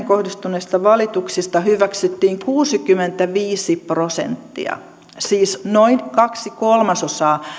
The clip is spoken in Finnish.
kohdistuneista valituksista hyväksyttiin kuusikymmentäviisi prosenttia siis noin kaksi kolmasosaa